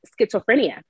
schizophrenia